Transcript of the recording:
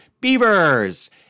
Beavers